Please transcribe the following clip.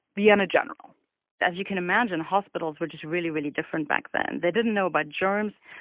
vienna general as you can imagine, hospitals were just really, really different back then. they didn't know about germs.